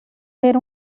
era